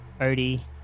Odie